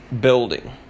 building